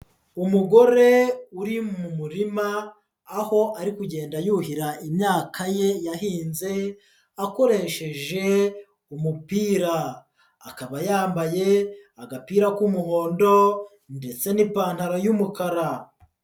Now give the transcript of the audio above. Umugore uri mu murima aho ari kugenda yuhira imyaka ye yahinze akoresheje umupira, akaba yambaye agapira k'umuhondo ndetse n'ipantaro y'umukara.